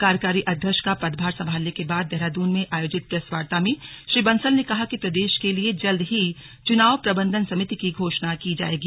कार्यकारी अध्यक्ष का पदभार संभालने के बाद देहरादून में आयोजित प्रेस वार्ता में श्री बंसल ने कहा कि प्रदेश के लिए जल्द ही चुनाव प्रबंधन समिति की घोषणा की जाएगी